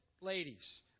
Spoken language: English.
ladies